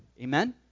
Amen